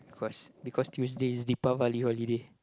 because because Tuesday is deepavali holiday